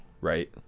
right